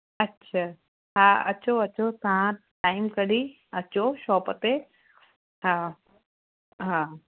अच्छा हा अचो अचो तव्हां टाइम कढी अचो शोप ते हा हा